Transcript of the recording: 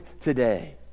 today